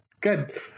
Good